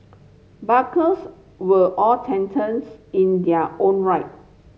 barkers were all titans in their own right